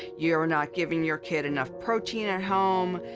you're not giving your kid enough protein at home,